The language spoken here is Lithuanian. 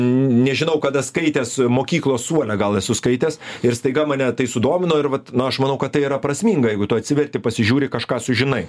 nežinau kada skaitęs mokyklos suole gal esu skaitęs ir staiga mane tai sudomino ir vat nu aš manau kad tai yra prasminga jeigu tu atsiverti pasižiūri kažką sužinai